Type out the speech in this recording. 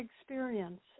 experience